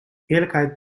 eerlijkheid